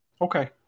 Okay